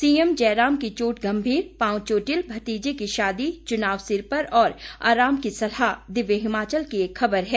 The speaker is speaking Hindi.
सीएम जयराम की चोट गंभीर पांव चोटिल भतीजे की शादी चुनाव सिर पर और आराम की सलाह दिव्य हिमाचल की एक खबर है